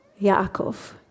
Yaakov